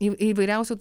įv įvairiausių